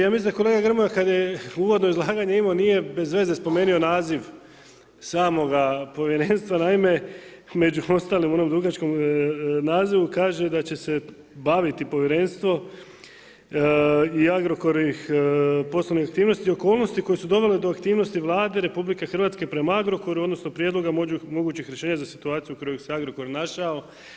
Ja mislim da kolega Grmoja kad je uvodno izlaganje imao, nije bezveze spomenuo naziv samoga povjerenstva, naime među ostalim u onom dugačkom nazivu kaže da će se baviti povjerenstvo i Agrokorovih poslovnih aktivnosti, okolnosti koje su dovele do aktivnosti Vlade RH prema Agrokoru, odnosno prijedloga mogućih rješenja za situaciju u kojoj se Agrokor našao.